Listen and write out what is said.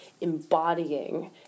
embodying